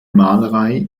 malerei